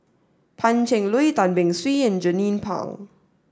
Pan Cheng Lui Tan Beng Swee and Jernnine Pang